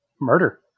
murder